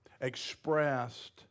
expressed